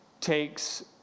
takes